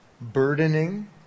burdening